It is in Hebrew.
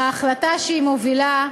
בהחלטה שהיא מובילה,